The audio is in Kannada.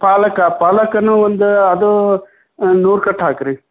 ಪಾಲಕ್ಕ ಪಾಲಕನ್ನೂ ಒಂದು ಅದು ನೂರು ಕಟ್ಟು ಹಾಕಿರಿ